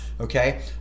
okay